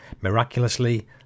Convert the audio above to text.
Miraculously